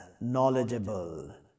knowledgeable